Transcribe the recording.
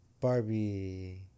Barbie